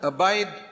Abide